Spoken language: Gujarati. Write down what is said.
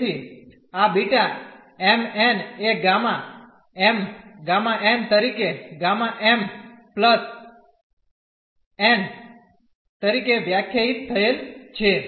તેથી આ બીટા m n એ ગામા m ગામા n તરીકે ગામા m પ્લસ n તરીકે વ્યાખ્યાયિત થયેલ છે